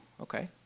okay